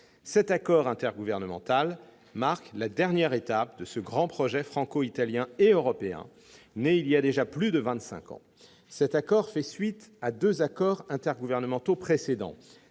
Cet accord intergouvernemental marque la dernière étape de ce grand projet franco-italien et européen, né il y a déjà plus de vingt-cinq ans. Il fait suite à deux précédents accords intergouvernementaux :